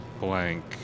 blank